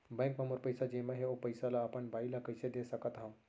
Bank म मोर पइसा जेमा हे, ओ पइसा ला अपन बाई ला कइसे दे सकत हव?